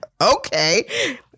Okay